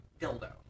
dildo